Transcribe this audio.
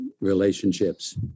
relationships